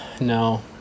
no